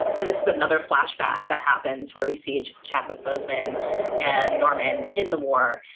and this is another flashback that happens where we see each chapter of bozeman and norman in the war.